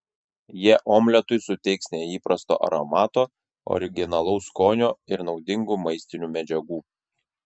jie omletui suteiks neįprasto aromato originalaus skonio ir naudingų maistinių medžiagų